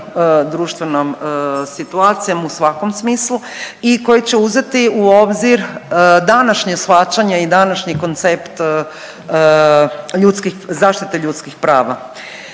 društvenom situacijom u svakom smislu i koji će uzeti u obzir današnje shvaćanje i današnji koncept ljudskih, zaštite ljudskih prava.